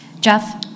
Jeff